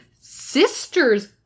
sister's